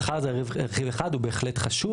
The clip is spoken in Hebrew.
השכר זה רכיב אחד הוא בהחלט חשוב,